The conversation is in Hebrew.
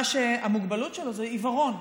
המוגבלות שלו זה עיוורון.